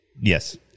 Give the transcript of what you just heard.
Yes